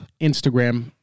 Instagram